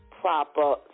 proper